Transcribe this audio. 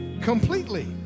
completely